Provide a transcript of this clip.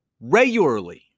regularly